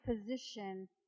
position